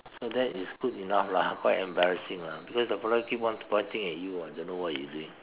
so that is good enough lah quite embarrassing lah because the fellow keep on pointing at you ah don't know what he say